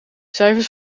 cijfers